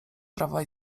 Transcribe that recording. prawa